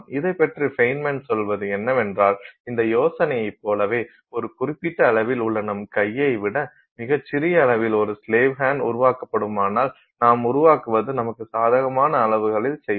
இதைப் பற்றி ஃபெய்ன்மேன் சொல்வது என்னவென்றால் இந்த யோசனையைப் போலவே ஒரு குறிப்பிட்ட அளவில் உள்ள நம் கையை விட மிகச் சிறிய அளவில் ஒரு ஸ்லேவ் ஹண்ட் உருவாக்கபடுமானால் நாம் உருவாக்குவது நமக்கு சாதகமான அளவுகளில் செய்கிறோம்